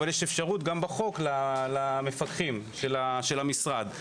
יש אפשרות גם בחוק למפקחים של המשרד.